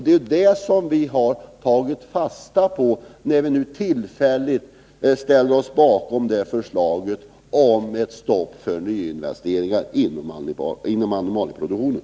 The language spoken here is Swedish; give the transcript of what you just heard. Det är ju det som vi har tagit fasta på när vi nu ställer oss bakom förslaget om ett tillfälligt stopp för nyinvesteringar inom animalieproduktionen.